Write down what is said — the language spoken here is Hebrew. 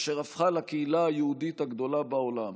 אשר הפכה לקהילה היהודית הגדולה בעולם.